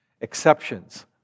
exceptions